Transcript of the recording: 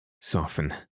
soften